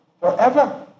forever